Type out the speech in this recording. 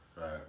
Right